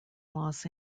los